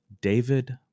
david